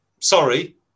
sorry